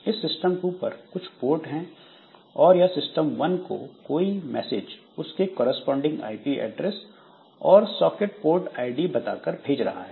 इस system two पर कुछ पोर्ट हैं और यह सिस्टम 1 को कोई मैसेज उसका करेस्पॉन्डिंग आईपी एड्रेस और सॉकेट पोर्ट आईडी बता कर भेज रहा है